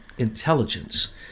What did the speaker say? intelligence